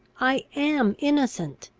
i am innocent!